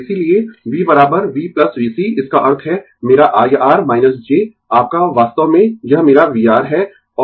इसीलिये V V VC इसका अर्थ है मेरा I R j आपका वास्तव में यह मेरा vR है